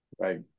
Right